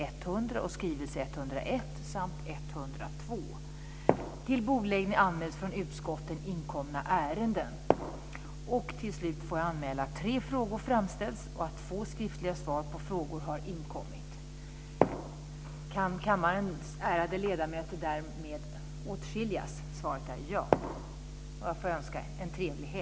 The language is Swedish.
Jag tror att vi på ett annat sätt måste tolerera olika åsikter. Jag tror att debatten måste komma tidigare.